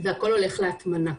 שהכול הולך להטמנה.